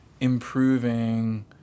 improving